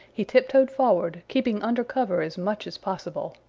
he tiptoed forward, keeping under cover as much as possible.